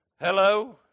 Hello